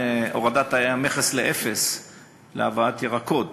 בהורדת המכס לאפס להבאת ירקות,